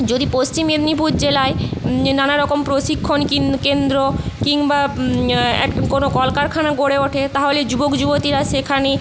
যদি পশ্চিম মেদিনীপুর জেলায় নানা রকম প্রশিক্ষণ কিন কেন্দ্র কিংবা এক কোনো কলকারখানা গড়ে ওঠে তাহলে যুবক যুবতীরা সেখানে